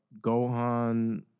Gohan